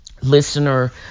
listener